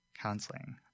counseling